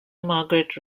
margaret